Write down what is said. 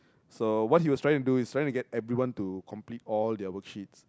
so what he was trying to do is trying to get everyone to try complete all their worksheets